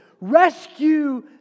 rescue